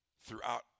throughout